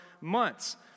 months